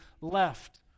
left